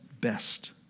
best